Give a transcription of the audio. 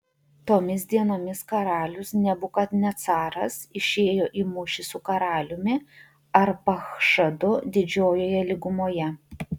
tomis dienomis karalius nebukadnecaras išėjo į mūšį su karaliumi arpachšadu didžiojoje lygumoje